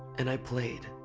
and i played.